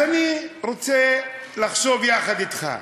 אז אני רוצה לחשוב יחד אתך: